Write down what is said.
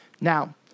Now